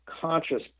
conscious